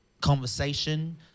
conversation